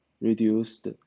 reduced